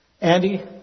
Andy